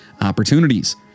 opportunities